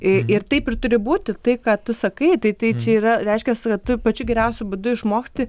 ir taip ir turi būti tai ką tu sakai tai tai čia yra reiškias vat tu pačiu geriausiu būdu išmoksti